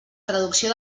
traducció